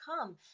come